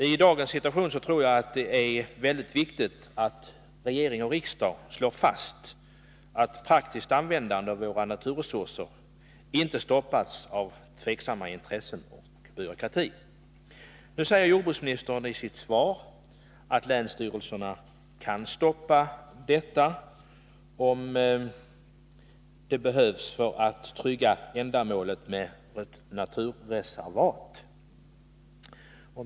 I dagens situation tror jag det är väldigt viktigt att regering och riksdag slår fast, att praktiskt användande av våra naturresurser inte skall stoppas av tvivelaktiga intressen och byråkrati. Nu säger jordbruksministern i svaret att länsstyrelserna kan stoppa den här verksamheten, om det behövs för att trygga ändamålet med naturreservat.